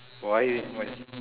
why eh why